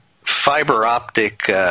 fiber-optic